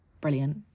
brilliant